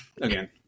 again